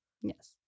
Yes